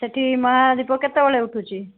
ସେଠି ମହାଦୀପ କେତେବେଳେ ଉଠୁଛି